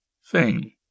fame